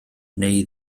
neu